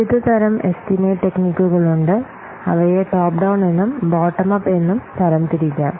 വിവിധ തരം എസ്റ്റിമേറ്റ് ടെക്നിക്കുകൾ ഉണ്ട് അവയെ ടോപ്പ് ഡൌണ് എന്നും ബോട്ടം അപ് എന്നും തരം തിരിക്കാം